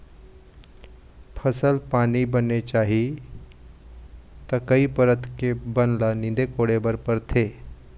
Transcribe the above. फसल पानी बने चाही त कई परत के बन ल नींदे कोड़े बर परथे